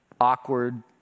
awkward